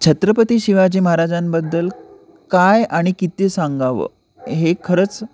छत्रपती शिवाजी महाराजांबद्दल काय आणि किती सांगावं हे खरंच